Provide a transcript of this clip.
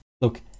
look